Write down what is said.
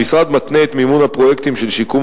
המשרד מתנה את מימון הפרויקטים של שיקום